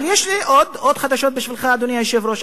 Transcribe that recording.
אבל יש לי עוד חדשות בשבילך, אדוני היושב-ראש.